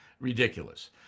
Ridiculous